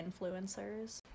influencers